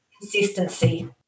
consistency